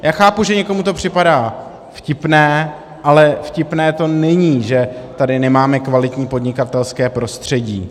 Já chápu, že někomu to připadá vtipné, ale vtipné to není, že tady nemáme kvalitní podnikatelské prostředí.